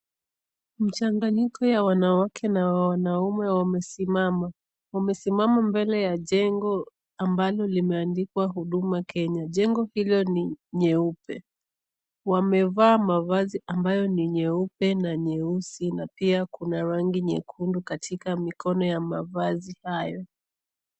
Mchanganiko ya wanawake na wanaume wamesimama. wamesimama mbele ya jengo ambalo limeandikwa huduma kenya. Jengo hilo ni nyeupe. wameva mavazi amayo ni nyeupe na nyeusi na pia kuna rangi nyekundu katika mikono ya mavazi hayo.